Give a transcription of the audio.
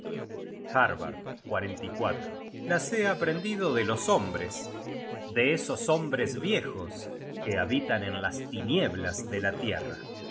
harbard la he aprendido de los hombres de esos hombres viejos que habitan en las tinieblas de la tierra